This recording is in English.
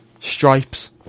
stripes